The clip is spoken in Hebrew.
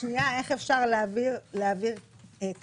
איך אפשר להעביר כספים,